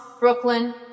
Brooklyn